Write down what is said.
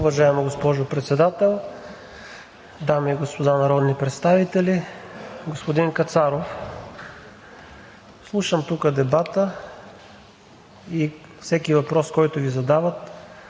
Уважаема госпожо Председател, уважаеми дами и господа народни представители! Господин Кацаров, слушам тук дебата и всеки въпрос, който Ви задават,